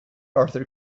arthur